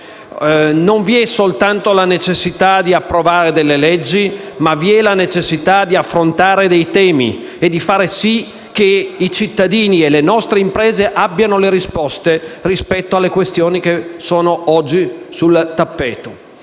Non vi è soltanto la necessità di approvare delle leggi, ma anche quella di affrontare dei temi e di far sì che i cittadini e le nostre imprese abbiano risposte rispetto alle questioni che oggi vengono poste sul tappeto